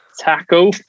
Taco